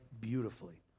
Beautifully